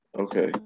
Okay